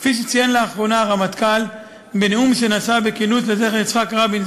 כפי שציין לאחרונה הרמטכ"ל בנאום שנשא בכינוס לזכר יצחק רבין,